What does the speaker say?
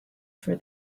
for